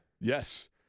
Yes